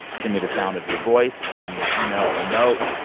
send me the sound of your voice. send me an email or a note.